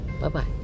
bye-bye